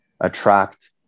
attract